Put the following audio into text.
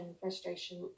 frustration